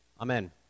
Amen